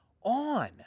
on